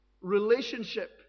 relationship